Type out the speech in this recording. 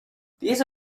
these